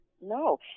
No